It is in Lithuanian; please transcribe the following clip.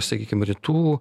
sakykim rytų